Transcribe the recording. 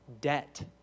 debt